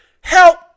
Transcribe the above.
Help